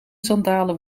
sandalen